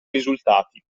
risultati